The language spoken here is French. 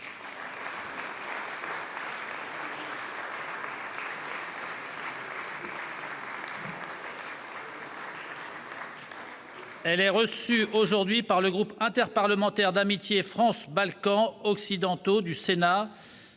Elle est reçue aujourd'hui par le groupe interparlementaire d'amitié France-Balkans occidentaux du Sénat,